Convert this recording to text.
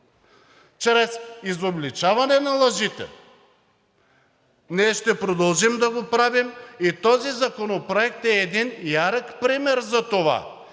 чрез изобличаване на лъжите, ние ще продължим да го правим и този законопроект е един ярък пример за това.